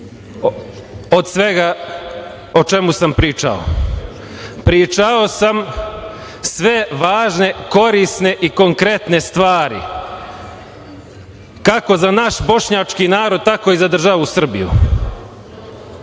od svega o čemu sam pričao. Pričao sam sve važne, korisne i konkretne stvari, kako za naš bošnjački narod, tako i za državu Srbiju.